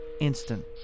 instant